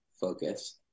focus